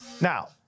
Now